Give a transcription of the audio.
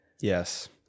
Yes